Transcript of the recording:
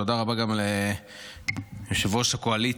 תודה רבה גם ליושב-ראש הקואליציה,